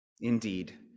Indeed